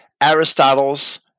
Aristotle's